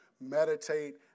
meditate